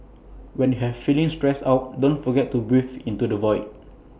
when you are feeling stressed out don't forget to breathe into the void